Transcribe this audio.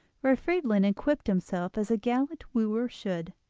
where friedlin equipped himself as a gallant wooer should.